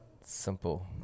Simple